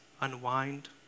unwind